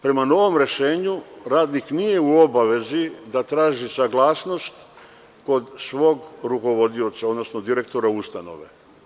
Prema novom rešenju radnik nije u obavezi da traži saglasnost kod svog rukovodioca, odnosno direktora ustanove.